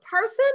person